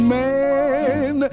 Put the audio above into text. man